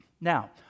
Now